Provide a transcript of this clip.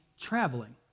traveling